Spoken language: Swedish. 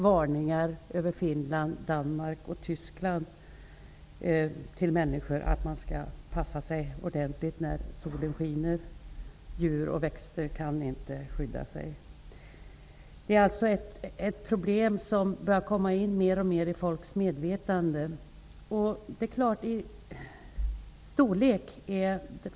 Människor i Finland, Danmark och Tyskland har varnats och uppmanats att passa sig ordentligt när solen skiner. Djur och växter kan inte skydda sig. Detta är alltså ett problem som alltmer kommer in i folks medvetande.